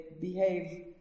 behave